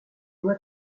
noix